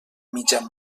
mitjan